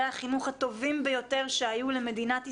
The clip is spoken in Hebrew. החינוך הטובים ביותר שהיו למדינת ישראל.